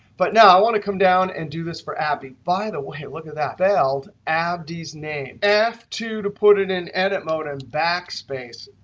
but now, i want to come down and do this for abdi. by the way, look at that. abdi's name. f two to put it in edit mode, and backspace.